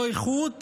לא איכות